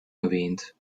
erwähnt